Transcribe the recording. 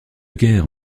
guerre